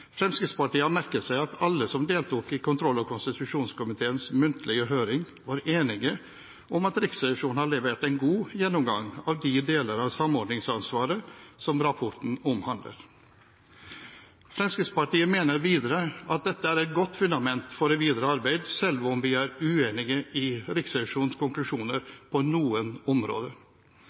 Fremskrittspartiet har merket seg at alle som deltok i kontroll- og konstitusjonskomiteens muntlige høring, var enige om at Riksrevisjonen har levert en god gjennomgang av de deler av samordningsansvaret som rapporten omhandler. Fremskrittspartiet mener videre at dette er et godt fundament for det videre arbeid, selv om vi er uenig i Riksrevisjonens konklusjoner på noen områder,